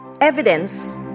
evidence